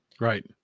Right